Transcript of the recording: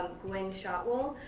gwynne shotwell,